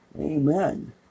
Amen